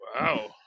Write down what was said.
Wow